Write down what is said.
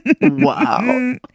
Wow